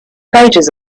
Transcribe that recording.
pages